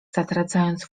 zatracając